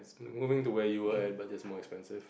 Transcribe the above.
going to where you were at but it just more expensive